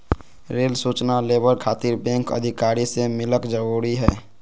Rail सूचना labour खातिर bank अधिकारी से मिलक जरूरी है?